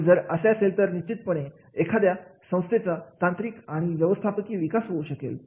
आणि जर असे असेल तर निश्चितपणे एखाद्या संस्थेचा तांत्रिक आणि व्यवस्थापकीय विकास होऊ शकेल